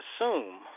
assume